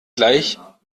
gleich